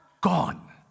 gone